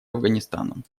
афганистаном